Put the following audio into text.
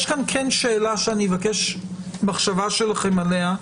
יש שאלה שאני מבקש מחשבה שלכם עליה,